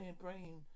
brain